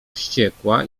wściekła